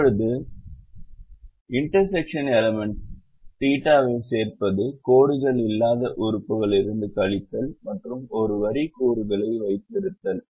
இப்போது வெட்டும் உறுப்புடன் தீட்டாவைச் θ சேர்ப்பது கோடுகள் இல்லாத உறுப்புகளிலிருந்து கழித்தல் மற்றும் ஒரு வரி கூறுகளை வைத்திருத்தல்